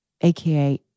aka